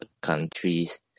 countries